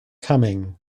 coming